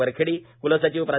वरखेडी क्लसचिव प्रा